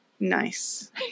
Nice